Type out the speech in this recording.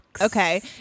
Okay